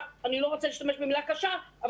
אני לא רוצה להשתמש במילה קשה,